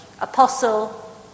apostle